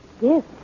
Yes